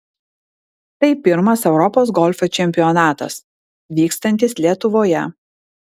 tai pirmas europos golfo čempionatas vykstantis lietuvoje